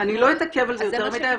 אני לא אתעכב על זה יותר מדי,